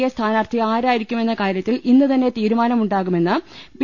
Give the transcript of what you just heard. A സ്ഥാനാർഥി ആരായിരിക്കുമെന്ന കാര്യ ത്തിൽ ഇന്ന് തന്നെ ്തീരുമാനമുണ്ടാകുമെന്ന് ബി